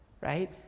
right